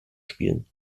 spielen